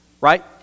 right